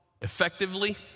effectively